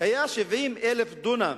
היה 70,000 דונם.